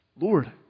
Lord